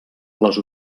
les